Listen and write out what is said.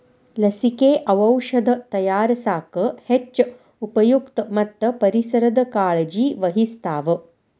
ಲಸಿಕೆ, ಔಔಷದ ತಯಾರಸಾಕ ಹೆಚ್ಚ ಉಪಯುಕ್ತ ಮತ್ತ ಪರಿಸರದ ಕಾಳಜಿ ವಹಿಸ್ತಾವ